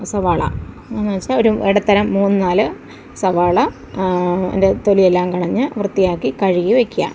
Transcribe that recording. സവാള എന്നുവെച്ചാൽ ഒരു ഇടത്തരം മൂന്ന് നാല് സവാള അതിൻ്റെ തൊലി എല്ലാം കളഞ്ഞ് വൃത്തിയാക്കി കഴുകി വയ്ക്കുക